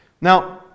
Now